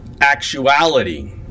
actuality